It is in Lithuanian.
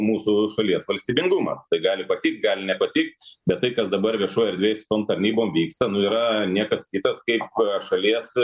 mūsų šalies valstybingumas tai gali patikt gali nepatikt bet tai kas dabar viešoj erdvėj su tom tarnybom vyksta yra niekas kitas kaip šalies